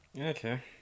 Okay